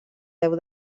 déu